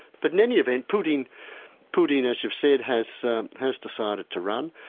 but in any event, putin putin as you've said has has decided to run.